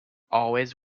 always